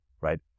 right